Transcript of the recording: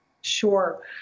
Sure